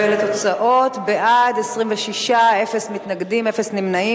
ולתוצאות: בעד, 26, אפס מתנגדים, אפס נמנעים.